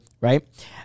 right